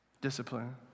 Discipline